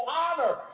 honor